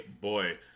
boy